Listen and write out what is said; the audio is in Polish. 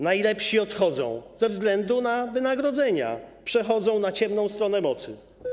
Najlepsi odchodzą ze względu na wynagrodzenia, przechodzą na ciemną stronę mocy.